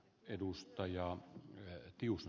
tähän että ed